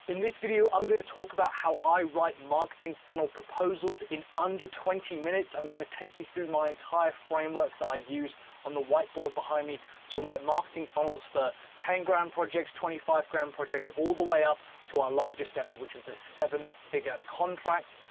in this video i'm going to talk about how i write marketing funnel proposals in under twenty minutes, i'm going to take you through my entire framework that i use on the whiteboard behind me to write marketing funnels for ten grand projects, twenty five grand projects all the way up to our largest ever, which was a seven figure contract.